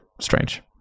strange